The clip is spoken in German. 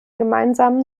gemeinsamen